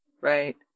Right